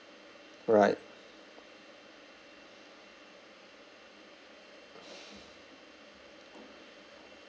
right